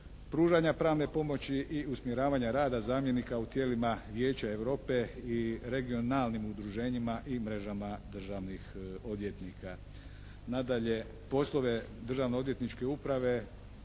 pružanja pravne pomoći i usmjeravanja rada zamjenika u tijelima Vijeća Europe i regionalnim udruženjima i mrežama državnih odvjetnika. Nadalje, poslove državnoodvjetničke uprave